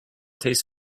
taste